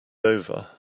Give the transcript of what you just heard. over